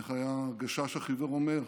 איך הגשש החיוור היה אומר?